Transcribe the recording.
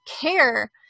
care